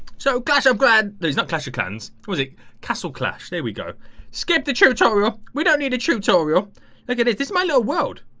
so gosh, i'm glad there's not clash of clans was it castle clash there. we go skip the territorial we don't need a tutorial look at is this my little world.